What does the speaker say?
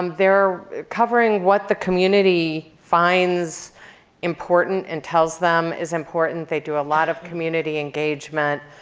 um they're covering what the community finds important and tells them is important. they do a lot of community engagement.